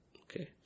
Okay